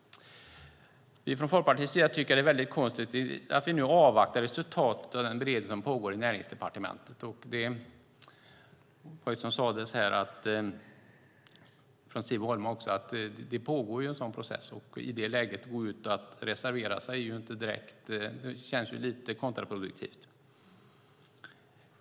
Från Folkpartiets sida tycker vi att det är väldigt konstruktivt att vi nu avvaktar resultatet av den beredning som pågår i Näringsdepartementet. Siv Holma sade också att det pågår en sådan process. Att i det läget gå ut och reservera sig känns lite kontraproduktivt.